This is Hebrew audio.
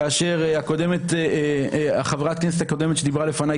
כאשר חברת הכנסת הקודמת שדיברה לפניי,